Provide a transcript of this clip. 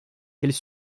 quelle